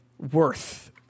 worth